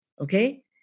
okay